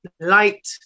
light